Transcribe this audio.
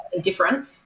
different